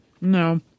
No